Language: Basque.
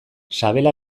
sabela